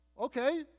Okay